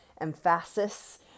emphasis